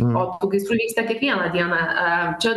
o gaisrų vyksta kiekvieną dieną a čia